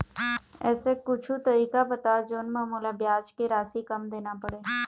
ऐसे कुछू तरीका बताव जोन म मोला ब्याज के राशि कम देना पड़े?